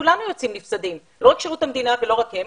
כולנו יוצאים נפסדים ולא רק שירות המדינה ולא רק הם.